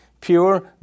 pure